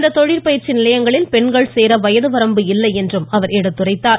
இத்தொழிற்பயிற்சி நிலையங்களில் பெண்கள் சேர வயது வரம்பு இல்லை என்றும் அவர் எடுத்துரைத்தார்